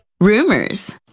rumors